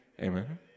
Amen